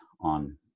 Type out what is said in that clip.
on